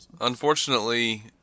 Unfortunately